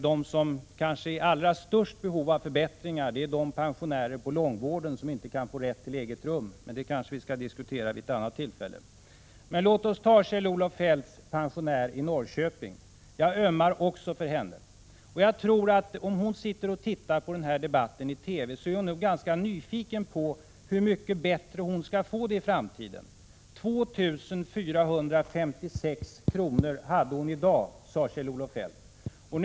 De som kanske är i det allra största behovet av förbättringar är de pensionärer på långvården som inte kan få rätt till eget rum. Men den frågan kanske vi skall diskutera vid ett annat tillfälle. Men låt oss som exempel ta Kjell-Olof Feldts pensionär i Norrköping. Jag ömmar också för henne. Jag tror att om hon sitter och tittar på denna debatt i TV är hon nog ganska nyfiken på hur mycket bättre hon skall få det i framtiden. 2 456 kr. har hon i dag, sade Kjell-Olof Feldt.